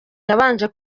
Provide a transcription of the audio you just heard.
yabanje